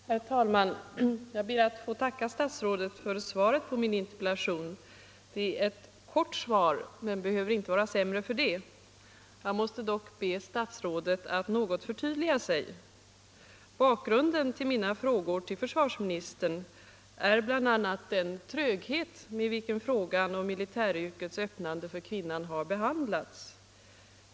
Herr talman! Jag ber att få tacka statsrådet för svaret på min interpellation. Det är ett kort svar men behöver inte vara sämre för det. Jag måste dock be statsrådet att något förtydliga sig. Bakgrunden till min interpellation till försvarsministern är bl.a. den tröghet med vilken frågan om militäryrkets öppnande för kvinnan har behandlats.